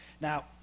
Now